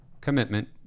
commitment